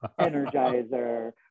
energizer